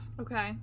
Okay